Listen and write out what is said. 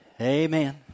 Amen